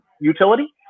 utility